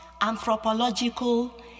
anthropological